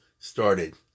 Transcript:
started